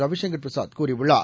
ரவிசங்கள் பிரசாத் கூறியுள்ளார்